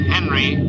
Henry